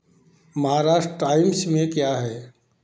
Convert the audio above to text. Maharashtra times में क्या है